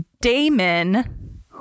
Damon